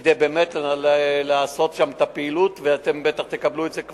כדי לעשות שם את הפעילות, ובטח כבר תקבלו את זה.